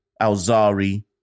Alzari